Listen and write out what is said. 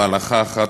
או הלכה אחת,